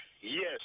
Yes